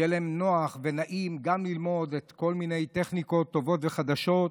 שיהיה להם נוח ונעים גם ללמוד כל מיני טכניקות טובות וחדשות.